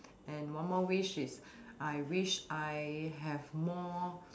and one more wish is I wish I have more